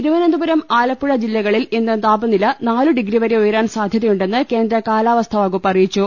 തിരുവനന്തപുരം ആലപ്പുഴ ജില്ലകളിൽ ഇന്ന് താപനില നാലു ഡിഗ്രിവരെ ഉയരാൻ സാധൃതയു ണ്ടെന്ന് കേന്ദ്ര കാലാവസ്ഥാവകുപ്പ് അറിയിച്ചു